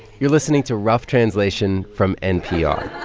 you're listening to rough translation from npr